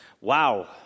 Wow